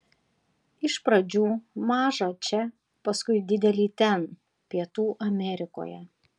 iš pradžių mažą čia paskui didelį ten pietų amerikoje